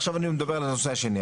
עכשיו אני מדבר על הנושא השני,